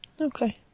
Okay